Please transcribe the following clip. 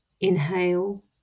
Inhale